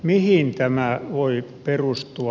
mihin tämä voi perustua